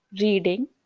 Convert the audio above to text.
reading